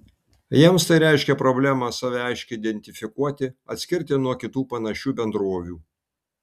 jiems tai reiškia problemą save aiškiai identifikuoti atskirti nuo kitų panašių bendrovių